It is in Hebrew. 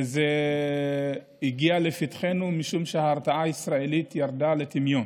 ושזה הגיע לפתחנו משום שההרתעה הישראלית ירדה לטמיון